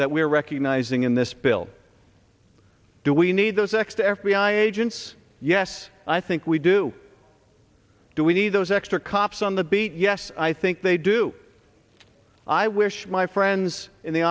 that we're recognizing in this bill do we need those extra f b i agents yes i think we do do we need those extra cops on the beat yes i think they do i wish my friends in the